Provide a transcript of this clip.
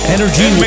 Energy